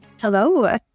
Hello